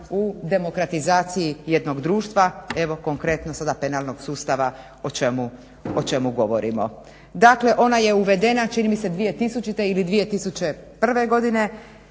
u demokratizaciji jednog društva evo konkretno sada penalnog sustava o čemu govorimo. Dakle ona je uvedena čini mi se 2000. Ili 2001. Godine